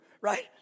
right